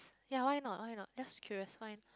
ya why not why not just curious why not